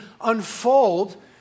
unfold